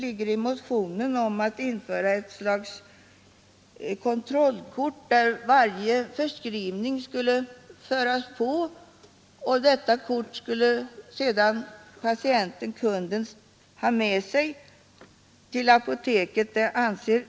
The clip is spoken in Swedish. I motionen föreslås ett slags kontrollkort, där varje förskrivning skulle föras upp och som patienten skulle ha med sig till apoteket.